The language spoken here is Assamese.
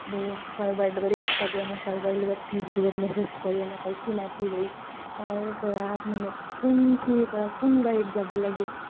বহুত কাৰোবাৰ লগত ইনষ্টাগ্ৰামত কাৰোবাৰ লগত ফেচবুকত মেচেজ কৰি এনেকৈ চিনাকি হৈ তাৰপৰা মানে কোনখিনিৰ পৰা কোন গাড়ীত যাব লাগে